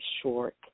short